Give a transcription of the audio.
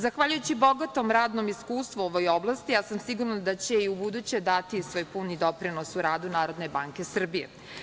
Zahvaljujući bogatom radnom iskustvu u ovoj oblasti, ja sam sigurna da će i ubuduće dati svoj puni doprinos u radu NBS.